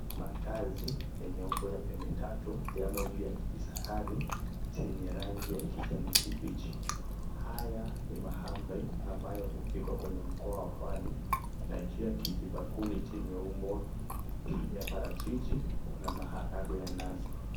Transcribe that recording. Maandazi yenye umbo ya pembe tatu yamo juu ya kijisahani chenye rangi ya kijani kibichi. Haya ni mahamri ambayo hupikwa kwenye mkoa wa pwani. Na juu ya kijibakuli chini ya umbwa ya parachichi kuna maharagwe ya nazi.